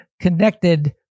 connected